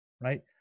right